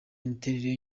imiterere